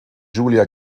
julia